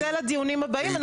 זה לדיונים הבאים.